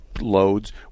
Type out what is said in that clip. loads